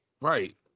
Right